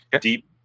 deep